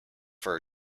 for